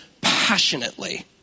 passionately